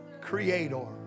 Creator